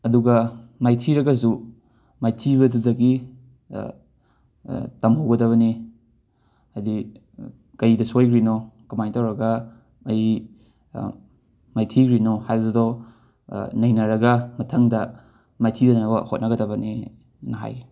ꯑꯗꯨꯒ ꯃꯥꯏꯊꯤꯔꯒꯁꯨ ꯃꯥꯏꯊꯤꯕꯗꯨꯗꯒꯤ ꯇꯝꯍꯧꯒꯗꯕꯅꯤ ꯍꯩꯗꯤ ꯀꯩꯗ ꯁꯣꯏꯈ꯭ꯔꯤꯅꯣ ꯀꯃꯥꯏꯅ ꯇꯧꯔꯒ ꯑꯩ ꯃꯥꯏꯊꯤꯔꯨꯏꯅꯣ ꯍꯥꯏꯕꯗꯣ ꯅꯩꯅꯔꯒ ꯃꯊꯪꯗ ꯃꯥꯏꯊꯤꯗꯅꯕ ꯍꯣꯠꯅꯒꯗꯕꯅꯦꯅ ꯍꯥꯏꯒꯦ